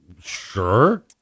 Sure